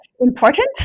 important